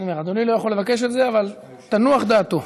אדוני לא יכול לבקש את זה, אבל תנוח דעתו.